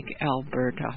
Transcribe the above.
Alberta